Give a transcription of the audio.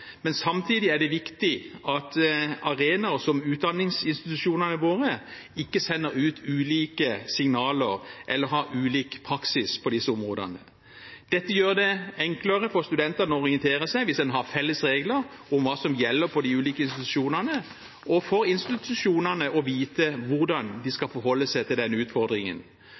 Men samtidig er det viktig at arenaer som utdanningsinstitusjonene våre ikke sender ut ulike signaler eller har ulik praksis på disse områdene. Det gjør det enklere for studentene å orientere seg hvis en har felles regler om hva som gjelder for de ulike institusjonene, og for institusjonene å vite hvordan de skal forholde seg til denne utfordringen.